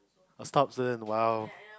a top student !wow!